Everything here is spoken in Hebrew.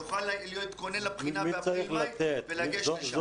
יוכל להתכונן לבחינה באפריל-מאי ולגשת אליה.